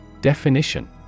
Definition